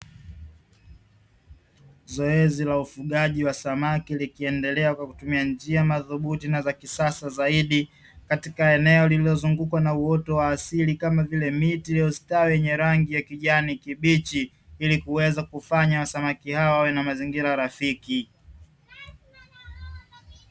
Zoezi la ufugaji wa samaki likiendelea kwa kutumia njia madhubuti na za kisasa zaidi, katika eneo lililozungukwa na uoto wa asili kama vile miti iliyostawi yenye rangi ya kijani kibichi. Ili kuweza kufanya samaki hawa wawe na mazingira rafiki.